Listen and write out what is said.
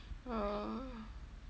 uh